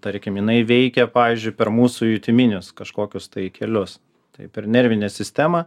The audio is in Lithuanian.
tarkim jinai veikia pavyzdžiui per mūsų jutiminius kažkokius tai kelius tai per nervinę sistemą